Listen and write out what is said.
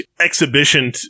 exhibition